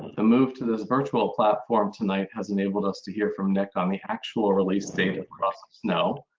the move to this virtual platform tonight has enabled us to hear from nick on the actual release date of cross of snow.